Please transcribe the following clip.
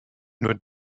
nur